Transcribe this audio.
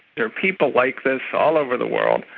are people like this all over the world,